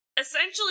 essentially